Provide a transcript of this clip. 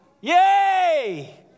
Yay